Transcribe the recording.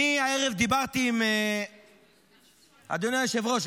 אדוני היושב-ראש,